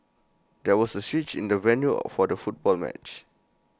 there was A switch in the venue of for the football match